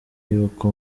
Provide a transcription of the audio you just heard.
y’uko